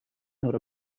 nor